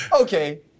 okay